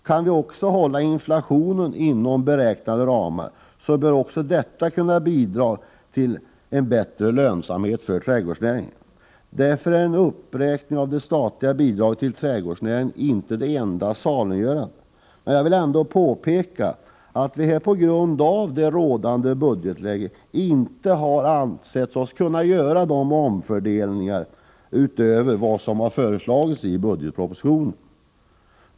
Kan vi också hålla inflationen inom beräknade ramar, bör detta bidra till en bättre lönsamhet för trädgårdsnäringen. Därför är en uppräkning av det statliga bidraget till trädgårdsnäringen inte det enda saliggörande. Jag vill ändå påpeka att vi på grund av det rådande budgetläget inte ansett oss kunna öka anslaget utöver vad som föreslås i budgetpropositionen.